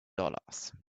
dollars